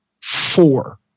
four